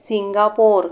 Singapore